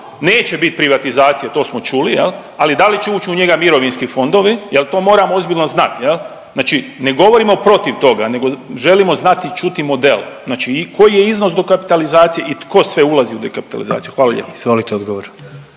neće bit privatizacije to smo čuli, ali da li će uć u njega mirovinski fondovi jel to moramo ozbiljno znat? Znači ne govorimo protiv toga nego želimo znati i čuti model, znači i koji je iznos dokapitalizacije i tko sve ulazi u dokapitalizaciju. Hvala lijepo.